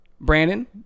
Brandon